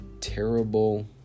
terrible